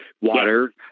water